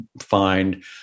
find